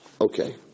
Okay